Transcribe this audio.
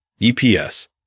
EPS